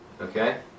Okay